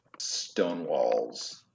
stonewalls